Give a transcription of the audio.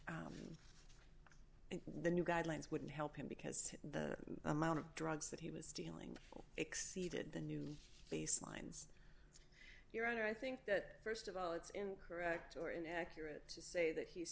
and the new guidelines wouldn't help him because the amount of drugs that he was stealing exceeded the new baselines your honor i think that st of all it's incorrect or inaccurate to say that he